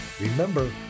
Remember